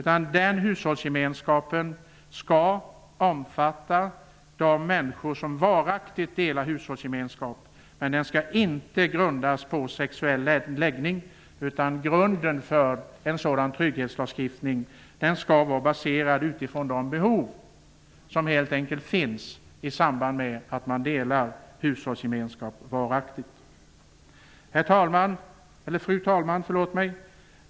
En sådan trygghetslagstiftningen skall omfatta de människor som varaktigt har hushållsgemenskap men den skall inte grundas på sexuell läggning. Den skall vara baserad på de behov som finns i samband med att man varaktigt delar hushåll. Fru talman!